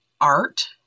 art